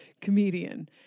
comedian